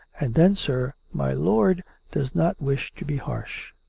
and then, sir, my lord does not wish to be harsh.